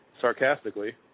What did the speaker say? sarcastically